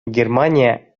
германия